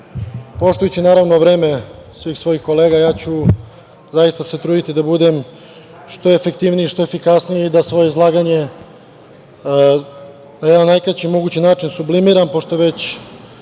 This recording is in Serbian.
poštujući naravno vreme svih svojih kolega ja ću se zaista truditi da budem što efektivniji, što efikasniji i da svoje izlaganje na jedan najkraći mogući način sublimiram, pošto je